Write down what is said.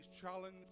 challenge